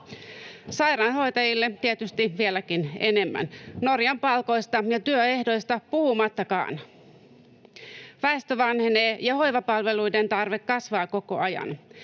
Sairaanhoitajille tietysti vieläkin enemmän, Norjan palkoista ja työehdoista puhumattakaan. Väestö vanhenee, ja hoivapalveluiden tarve kasvaa koko ajan.